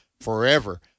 forever